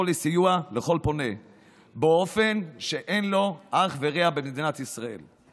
לסיוע לכל פונה באופן שאין לו אח ורע במדינת ישראל.